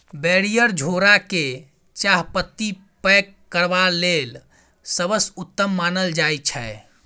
barrier झोरा केँ चाहपत्ती पैक करबा लेल सबसँ उत्तम मानल जाइ छै